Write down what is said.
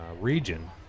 region